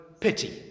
pity